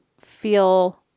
feel